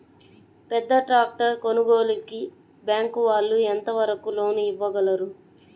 పెద్ద ట్రాక్టర్ కొనుగోలుకి బ్యాంకు వాళ్ళు ఎంత వరకు లోన్ ఇవ్వగలరు?